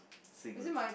Singlish